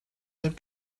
heb